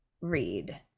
read